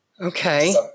okay